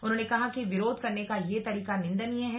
उन्होंने कहा कि विरोध करने का यह तरीका निंदनीय है